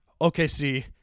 OKC